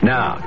Now